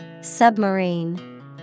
Submarine